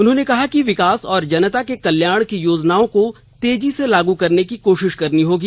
उन्होंने कहा कि विकास और जनता के कल्याण की योजनाओं को तेजी लागू करने की कोशिश करनी होगी